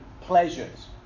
pleasures